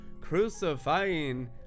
crucifying